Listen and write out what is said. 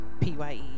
PYE